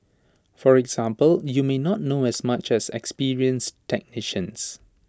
for example you may not know as much as experienced technicians